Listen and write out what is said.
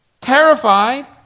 terrified